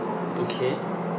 okay